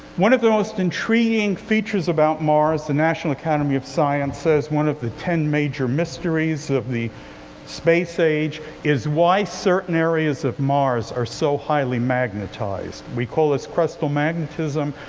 one of the most intriguing features about mars, the national academy of science says one of the ten major mysteries of the space age, is why certain areas of mars are so highly magnetized. we call this crustal magnetism.